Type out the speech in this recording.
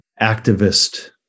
activist